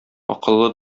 акыллы